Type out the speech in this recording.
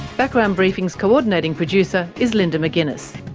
background briefing's co-ordinating producer is linda mcginness.